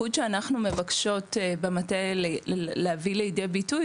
המיקוד שאנחנו מבקשות במטה להביא לידי ביטוי